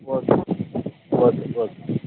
okay okay okay